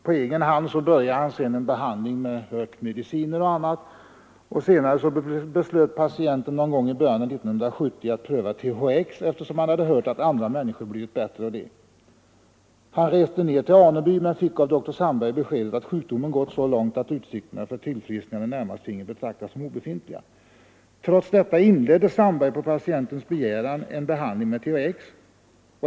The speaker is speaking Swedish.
På egen hand påbörjade han en behandling med örtmediciner och annat. Senare, någon gång i början av 1970, beslöt patienten att pröva THX, eftersom han hade hört att andra människor blivit bättre av detta preparat. Han reste ned till Aneby men fick av doktor Sandberg beskedet att sjukdomen gått så långt att utsikterna för tillfrisknande i det närmaste finge betraktas som obefintliga. Trots detta inledde Sandberg på patientens begäran en behandling med THX.